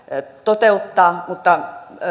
toteuttaa mutta